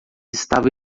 estava